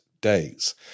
days